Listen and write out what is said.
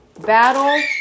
battle